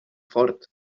fort